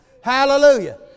Hallelujah